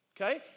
Okay